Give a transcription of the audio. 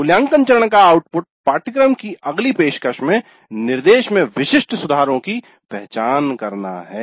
मूल्यांकन चरण का आउटपुट पाठ्यक्रम की अगली पेशकश में निर्देश में विशिष्ट सुधारों की पहचान करना है